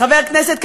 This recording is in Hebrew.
חבר כנסת,